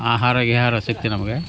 ಆಹಾರ ವಿಹಾರ ಸಿಕ್ತು ನಮಗೆ